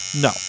No